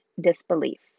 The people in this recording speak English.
disbelief